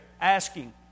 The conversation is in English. asking